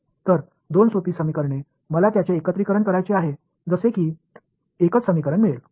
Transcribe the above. तर दोन सोपी समीकरणे मला त्यांचे एकत्रीकरण करायचे आहे जसे कि एकच समीकरण मिळेल